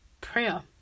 prayer